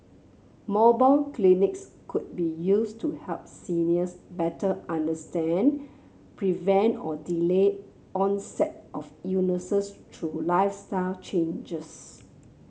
mobile clinics could be used to help seniors better understand prevent or delay onset of illnesses through lifestyle changes